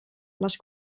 les